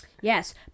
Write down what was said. Yes